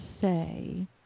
say